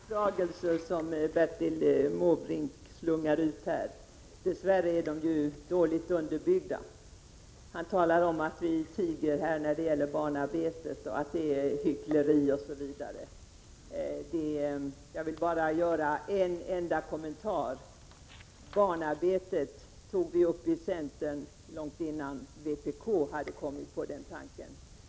Herr talman! Det är väldiga anklagelser som Bertil Måbrink slungar ut här. Dess värre är de dåligt underbyggda. Han talar om att vi tiger när det gäller barnarbetet, att vi är hycklare som tiger osv. Jag vill göra en enda kommentar. Barnarbetet tog vi i centern upp långt innan vpk hade kommit på den tanken.